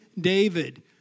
David